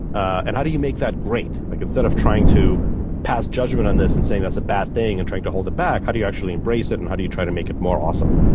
and how do you make that great? like instead of trying to pass judgment on this and saying that's a bad thing and trying to hold it back, how do you actually embrace it, and how do you try to make it more awesome?